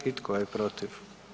I tko je protiv?